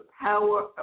power